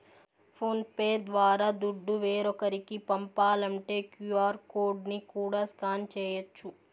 phone pay ద్వారా దుడ్డు వేరోకరికి పంపాలంటే క్యూ.ఆర్ కోడ్ ని కూడా స్కాన్ చేయచ్చు